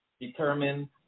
determine